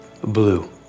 Blue